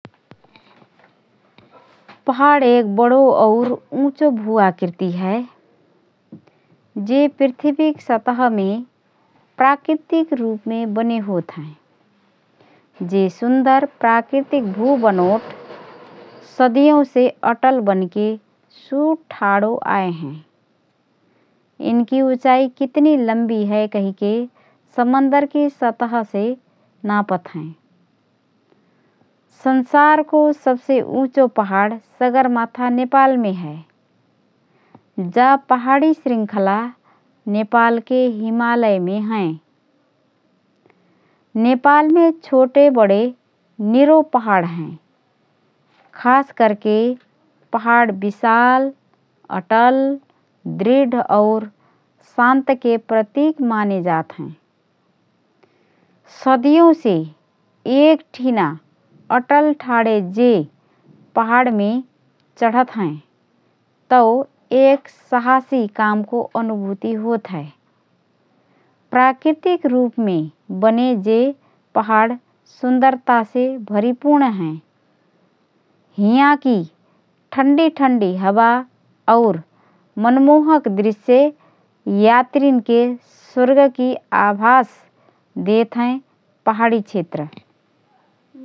पहाड एक बडो और उँचो भू-आकृति हए । जे पृथ्वीक सतहमे प्राकृतिक रूपमे बने होतहएँ । जे सुन्दर प्राकृतिक भु बनोट सदियौसे अटल बनके सुध ठाडो आए हएँ । यिनकी उचाई कितनी लम्बी हए कहिके समन्दरकी सतहसे नापत हएँ । संसारको सबसे उँचो पहाड सगरमाथा नेपालमे हए । जा पहाडी शृंखला नेपालके हिमालयमे हएँ । नेपालमे छोटे बडे निरो पहाड हएँ । खास करके पहाड बिशाल, अटल, दृढ और शान्तके प्रतिक मानेजात हएँ । सदियौसे एक ठिना अटल ठाडे जे पहाडमे चढ़त हएँ तओ एक सहासी कामको अनुभूति होतहए । प्राकृतिक रुपमे बने जे पहाड सुन्दरतासे भरीपूर्ण हएँ । हियाँकी ठण्डी ठण्डी हवा और मनमोहक दृश्य यात्रिनके स्वर्गकी आभास देत हएँ पहाडी क्षेत्र ।